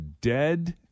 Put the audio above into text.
dead